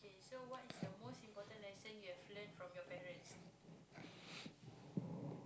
so what's your most important lesson you have learn from your parents